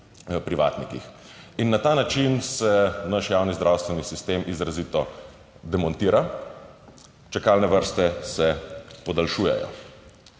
privatnikih. In na ta način se naš javni zdravstveni sistem izrazito demontira. Čakalne vrste se podaljšujejo.